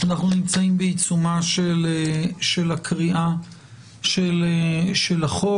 אנחנו בעיצומה של קריאת החוק.